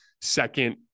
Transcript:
second